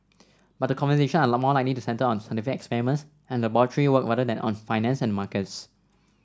but the conversation are more likely to centre on scientific experiments and laboratory work rather than on finance and markets